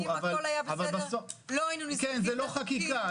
אבל בסוף זה לא חקיקה.